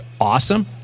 awesome